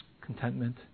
contentment